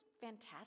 fantastic